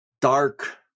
dark